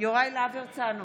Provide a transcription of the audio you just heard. יוראי להב הרצנו,